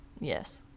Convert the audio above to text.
Yes